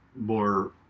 more